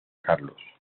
carlos